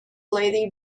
lady